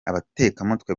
abatekamutwe